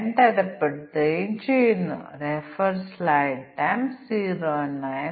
flight പകുതിയിലധികം നിറഞ്ഞിട്ടുണ്ടെങ്കിൽ ഇത് ഒരു പാരാമീറ്ററായി മാറുന്നു ഫ്ലൈറ്റ് പകുതി നിറഞ്ഞോ ഇല്ലയോ